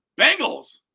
Bengals